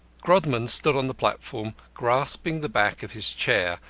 grodman stood on the platform, grasping the back of his chair,